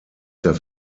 der